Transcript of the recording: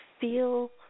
feel